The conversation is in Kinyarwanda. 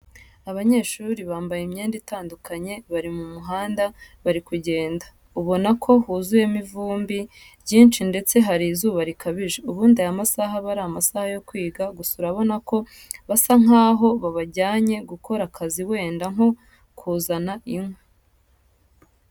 Abanyeshuri bambaye imyenda itandukanye bari mu muhanda bari kugenda, ubona ko huzuyemo ivumbi ryinshi ndetse hari izuba rikabije, ubundi aya masaha aba ari amasaha yo kwiga, gusa urabona ko basa nk'aho babajyanye gukora akazi wenda nko kuzana inkwi.